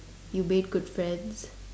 you made good friends